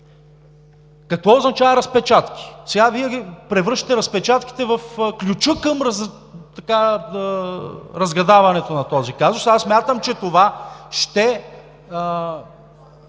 Какво означава разпечатки? Вие превръщате разпечатките в ключа към разгадаването на този казус. Аз смятам, че това ще